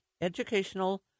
educational